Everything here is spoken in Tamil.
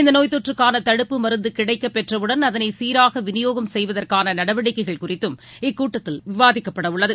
இந்தநோய்த் தொற்றுக்கானதடுப்பு மருந்துகிடைக்கப் பெற்றவுடன் அதனைசீராகவிநியோகம் செய்வதற்கானநடவடிக்கைகள் குறித்தும் இக்கூட்டத்தில் விவாதிக்கப்படஉள்ளது